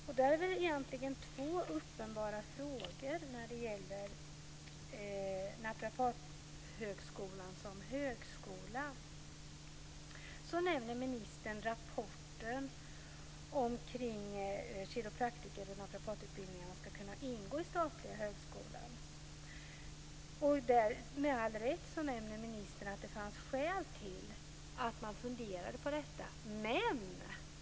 Där finns det väl egentligen två uppenbara frågor när det gäller Naprapathögskolan som högskola. Ministern nämner rapporten omkring hur kiropraktiker och naprapatutbildningarna ska kunna ingå bland de statliga högskolorna. Med all rätt nämner ministern att det fanns skäl till att man funderade på detta.